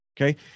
Okay